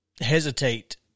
hesitate